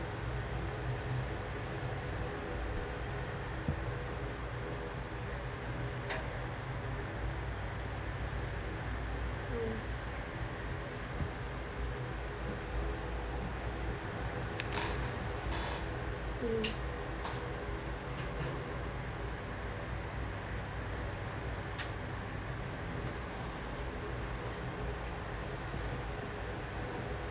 mm mm